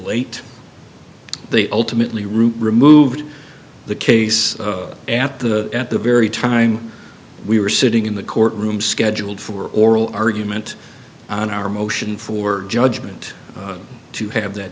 late they ultimately root removed the case at the at the very time we were sitting in the court room scheduled for oral argument on our motion for judgment to have that